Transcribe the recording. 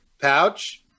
Pouch